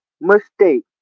mistake